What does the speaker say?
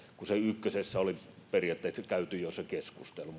kun ykkösessä oli periaatteessa jo käyty se keskustelu